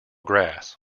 grass